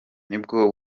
nibwo